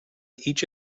each